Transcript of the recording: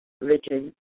religion